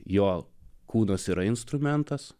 jo kūnas yra instrumentas